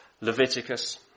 Leviticus